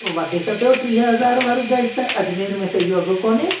वधीक थियो टीह हज़ार पर गज त अजमेर में त इहो अघु कोन्हे